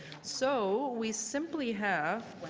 so we simply have